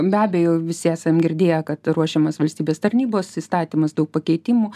be abejo visi esam girdėję kad ruošiamas valstybės tarnybos įstatymas daug pakeitimų